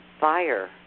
fire